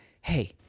hey